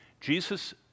Jesus